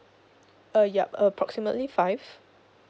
uh yup approximately five